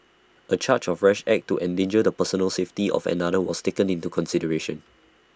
A charge of rash act to endanger the personal safety of another was taken into consideration